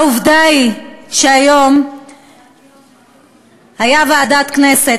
העובדה היא שהיום הייתה ישיבה של ועדת הכנסת,